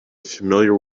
familiar